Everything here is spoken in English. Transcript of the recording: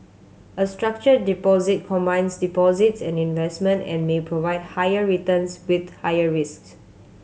a structured deposit combines deposits and investment and may provide higher returns with higher risks